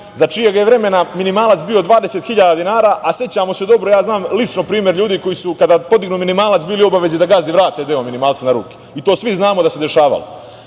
za čijeg je vremena minimalac bio 20.000 dinara, a sećamo se dobro, ja znam lično primer ljudi koji su kada podignu minimalac bili u obavezi da gazdi vrate deo minimalca na ruke, i to svi znamo da se dešavalo,